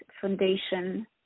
Foundation